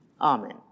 Amen